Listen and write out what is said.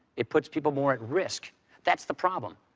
it puts people more at risk that's the problem.